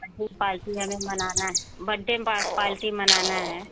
बड्डे party हमें मनाना है बड्डे पाल्टी मनाना है